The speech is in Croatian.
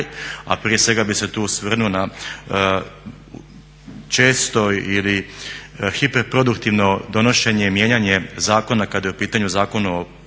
a prije svega bi se tu osvrnuo na često ili hiperproduktivno donošenje i mijenjanje zakona kada je u pitanju procesni